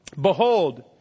Behold